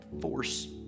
force